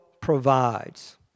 provides